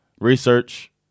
research